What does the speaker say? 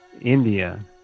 India